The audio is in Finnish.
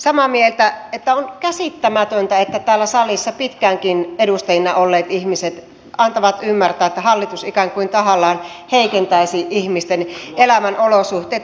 samaa mieltä että on käsittämätöntä että täällä salissa pitkäänkin edustajina olleet ihmiset antavat ymmärtää että hallitus ikään kuin tahallaan heikentäisi ihmisten elämän olosuhteita